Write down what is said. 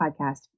podcast